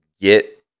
get